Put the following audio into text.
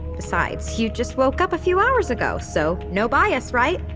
besides, you just woke up a few hours ago, so no bias, right?